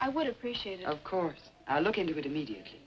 i would appreciate it of course i look into it immediately